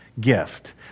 gift